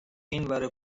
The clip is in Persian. اینور